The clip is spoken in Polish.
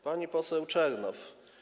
Pani poseł Czernow.